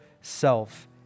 self